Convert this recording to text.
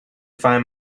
find